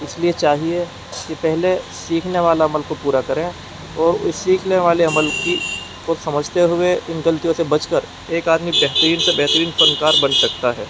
اس لیے چاہیے کہ پہلے سیکھنے والا عمل کو پورا کریں اور اس سیکھنے والے عمل کی کو سمجھتے ہوئے ان غلطیوں سے بچ کر ایک آدمی بہترین سے بہترین فنکار بن سکتا ہے